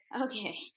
Okay